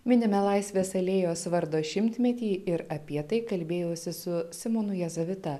minime laisvės alėjos vardo šimtmetį ir apie tai kalbėjausi su simonu jazavita